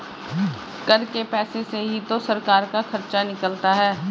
कर के पैसे से ही तो सरकार का खर्चा निकलता है